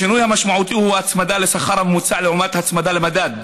השינוי המשמעותי הוא ההצמדה לשכר הממוצע לעומת הצמדה למדד,